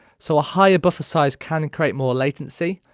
so a higher buffer size can create more latency